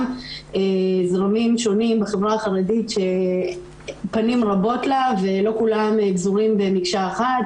גם זרמים שונים בחברה החרדית שפנים רבות לה ולא כולם גזורים במקשה אחת,